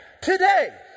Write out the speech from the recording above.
Today